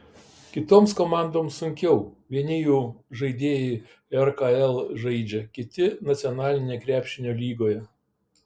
kitoms komandoms sunkiau vieni jų žaidėjai rkl žaidžia kiti nacionalinėje krepšinio lygoje